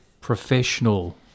professional